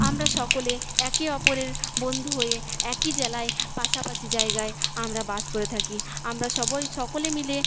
আমরা সকলে একে অপরের বন্ধু হয়ে একই জেলায় পাশাপাশি জায়গায় আমরা বাস করে থাকি আমরা সবাঁই সকলে মিলে